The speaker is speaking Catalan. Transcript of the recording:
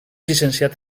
llicenciat